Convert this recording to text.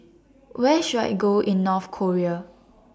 Where should I Go in North Korea